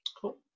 Cool